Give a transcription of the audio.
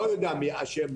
אני לא יודע מי אשם,